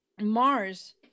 mars